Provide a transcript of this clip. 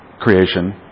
creation